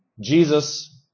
Jesus